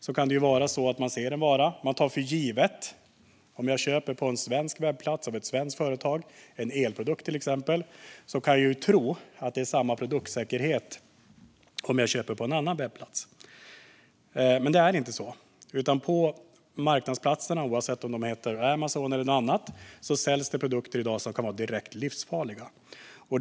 Man kanske ser till exempel en elprodukt och tar för givet att produktsäkerheten är densamma om man köper den av ett svenskt företag på en svensk webbplats och om man köper på en annan webbplats. Men så är det inte. På marknadsplatserna, oavsett om de heter Amazon eller något annat, säljs i dag produkter som kan vara direkt livsfarliga.